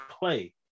play